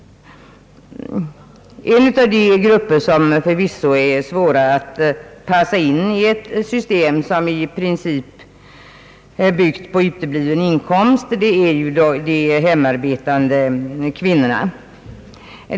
En av de grupper, som förvisso är svår att passa in i ett sjukförsäkringssystem, vilket i princip är byggt på utebliven inkomst, är de hemarbetande kvinnorna.